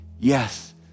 yes